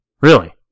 Really